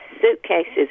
suitcases